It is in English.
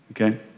okay